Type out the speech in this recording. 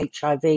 HIV